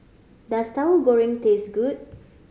does Tahu Goreng taste good